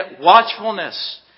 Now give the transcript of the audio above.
watchfulness